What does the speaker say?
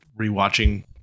rewatching